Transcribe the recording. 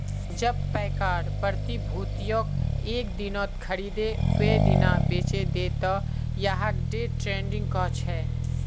जब पैकार प्रतिभूतियक एक दिनत खरीदे वेय दिना बेचे दे त यहाक डे ट्रेडिंग कह छे